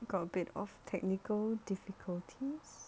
got a bit of technical difficulties